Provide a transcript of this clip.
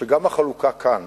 שגם בחלוקה כאן